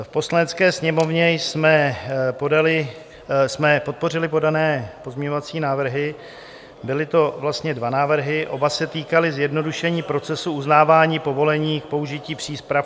V Poslanecké sněmovně jsme podpořili podané pozměňovací návrhy, byly to vlastně dva návrhy, oba se týkaly zjednodušení procesů uznávání povolení k použití přípravků.